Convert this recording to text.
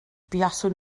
buaswn